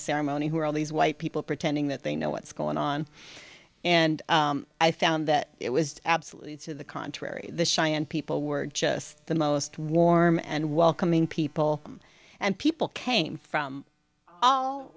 ceremony who are all these white people pretending that they know what's going on and i found that it was absolutely to the contrary the cheyenne people were just the most warm and welcoming people and people came from